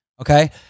okay